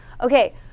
Okay